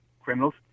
criminals